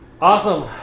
awesome